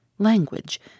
Language